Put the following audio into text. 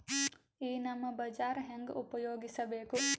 ಈ ನಮ್ ಬಜಾರ ಹೆಂಗ ಉಪಯೋಗಿಸಬೇಕು?